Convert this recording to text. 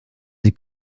sie